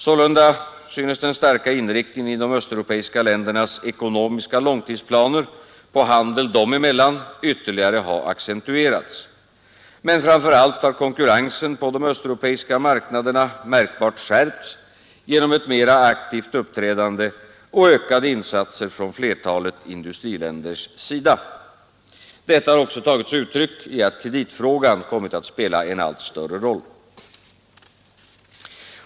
Sålunda synes den starka inriktningen i de östeuropeiska ländernas ekonomiska långtidsplaner på handel dem emellan ytterligare ha accentuerats. Men framför allt har konkurrensen på de östeuropeiska marknaderna märkbart skärpts genom ett mera aktivt uppträdande och ökade insatser från flertalet industriländers sida. Detta har också tagit sig uttryck i att kreditfrågan kommit att spela allt större roll.